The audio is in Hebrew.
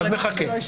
אז נחכה.